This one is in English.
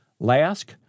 Lask